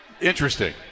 interesting